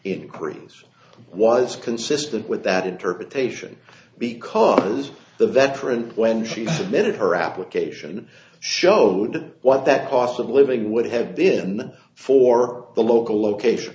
inquiries was consistent with that interpretation because the veteran when she submitted her application showed what that cost of living would have been for the local location